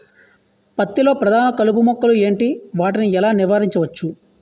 పత్తి లో ప్రధాన కలుపు మొక్కలు ఎంటి? వాటిని ఎలా నీవారించచ్చు?